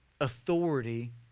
authority